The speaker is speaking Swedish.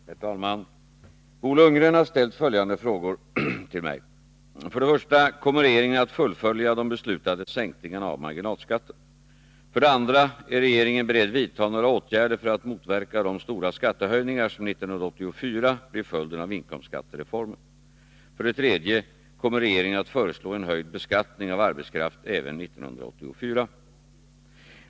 Herr talman! Bo Lundgren har ställt följande frågor till mig: 1. Kommer regeringen att fullfölja de beslutade sänkningarna av marginalskatten? 2. Är regeringen beredd vidta några åtgärder för att motverka de stora skattehöjningar som 1984 blir följden av inkomstskattereformen? 3. Kommer regeringen att föreslå en höjd beskattning av arbetskraft även 1984?